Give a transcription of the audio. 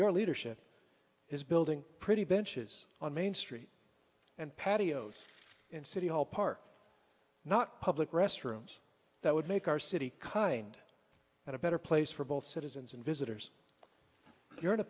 your leadership is building pretty benches on main street and patios in city hall park not public restrooms that would make our city kind of a better place for both citizens and visitors if you're in a